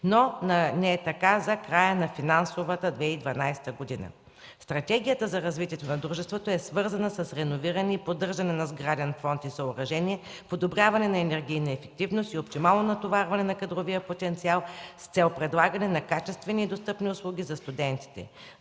Но не е така за края на финансовата 2012 г. Стратегията за развитието на дружеството е свързана с реновиране и поддържане на сграден фонд и съоръжения, подобряване на енергийна ефективност и оптимално натоварване на кадровия потенциал с цел предлагане на качествени и достъпни услуги за студентите.